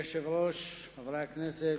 אדוני היושב-ראש, חברי הכנסת,